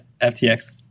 FTX